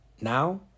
Now